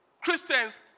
Christians